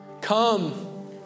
Come